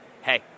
hey